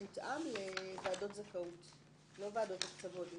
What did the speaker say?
לדעתי צריך להיות מותאם לוועדות זכאות ולא לוועדות הקצבות.